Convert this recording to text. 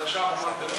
עכשיו אמרת אמת,